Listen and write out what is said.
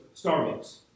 Starbucks